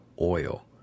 oil